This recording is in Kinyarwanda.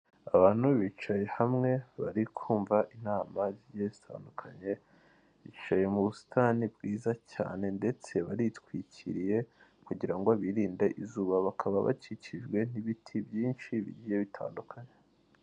Abantu bicaye hamwe bari kumvamva inama zigiye zitandukanye bicaye mu busitani bwiza cyane ndetse baritwikiriye kugira ngo birinde izuba bakaba bakikijwe n'ibiti byinshi bigiye bitandukanye.